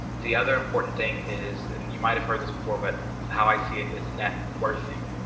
the other important thing is, and you might have heard this before, but how i see it is net worth thing.